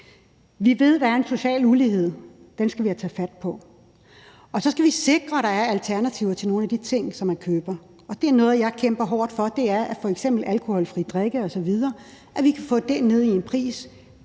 Vi ved, at der er en social ulighed, og den skal vi have taget fat på, og så skal vi sikre, at der er alternativer til nogle af de ting, som man køber. Noget af det, jeg kæmper hårdt for, er f.eks., at vi kan få alkoholfri drikke osv. ned i en pris,